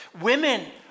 Women